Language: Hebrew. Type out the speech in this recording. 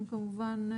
הם כמובן,